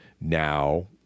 Now